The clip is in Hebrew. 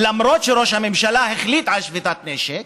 למרות שראש הממשלה החליט על שביתת נשק,